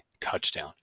touchdown